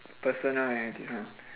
personal idea ah